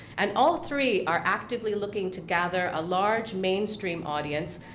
and all three are actively looking to gather a large mainstream audience,